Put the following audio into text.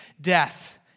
death